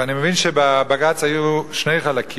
ואני מבין שבבג"ץ היו שני חלקים.